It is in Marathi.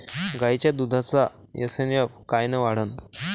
गायीच्या दुधाचा एस.एन.एफ कायनं वाढन?